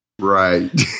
Right